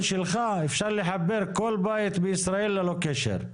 שלך אפשר לחבר כל בית בישראל ללא קשר.